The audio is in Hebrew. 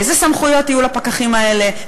איזה סמכויות יהיו לפקחים האלה,